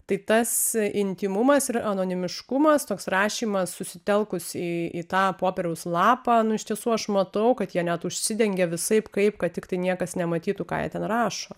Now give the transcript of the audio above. tai tas intymumas ir anonimiškumas toks rašymas susitelkus į į tą popieriaus lapą iš tiesų aš matau kad jie net užsidengė visaip kaip kad tiktai niekas nematytų ką jie ten rašo